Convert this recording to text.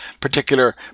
particular